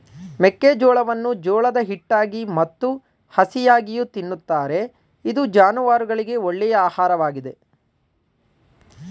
ಮೆಕ್ಕೆಜೋಳವನ್ನು ಜೋಳದ ಹಿಟ್ಟಾಗಿ ಮತ್ತು ಹಸಿಯಾಗಿಯೂ ತಿನ್ನುತ್ತಾರೆ ಇದು ಜಾನುವಾರುಗಳಿಗೆ ಒಳ್ಳೆಯ ಆಹಾರವಾಗಿದೆ